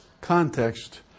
context